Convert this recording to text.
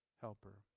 Helper